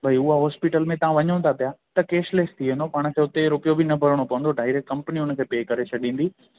भाई उहा हॉस्पिटल में तव्हां वञो था पिया त कैशलेस थी वेंदो पाण खे हुते रुपयो बि न भरणो पवंदो डायरेक्ट कंपनी हुन खे पे करे छॾींदी